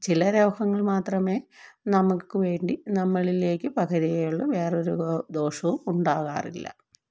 ചില രോഗങ്ങൾ മാത്രമേ നമുക്ക് വേണ്ടി നമ്മളിലേക്കു പകരുകയുള്ളു വേറൊരു ദോ ദോഷവും ഉണ്ടാകാറില്ല